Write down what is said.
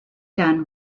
done